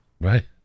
right